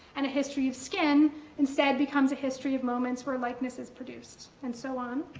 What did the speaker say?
and a history of skin instead becomes a history of moments where likeness is produced, and so on,